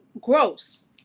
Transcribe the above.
gross